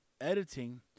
editing